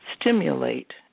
Stimulate